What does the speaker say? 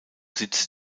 sitz